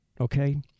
Okay